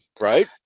Right